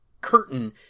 curtain